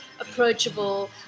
approachable